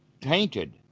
tainted